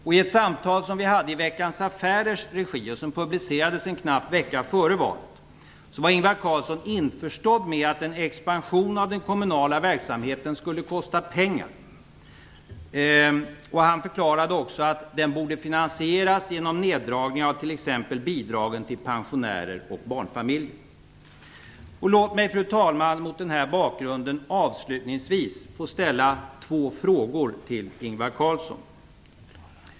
I ett samtal som vi hade i Veckans Affärers regi, och som publicerades en knapp vecka före valet, var Ingvar Carlsson införstådd med att en expansion av den kommunala verksamheten skulle kosta pengar. Han förklarade också att den borde finansieras genom neddragningar av t.ex. bidragen till pensionärer och barnfamiljer. Fru talman! Låt mig mot den här bakgrunden avslutningsvis få ställa två frågor till Ingvar Carlsson.